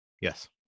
Yes